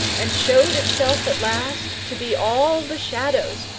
and showed itself at last to be all the shadows,